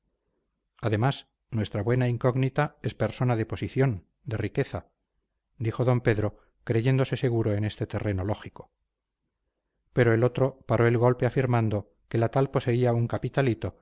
además nuestra buena incógnita es persona de posición de riqueza dijo d pedro creyéndose seguro en este terreno lógico pero el otro paró el golpe afirmando que la tal poseía un capitalito